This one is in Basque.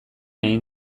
egin